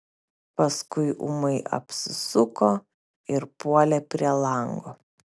paskui ūmai apsisuko ir puolė prie lango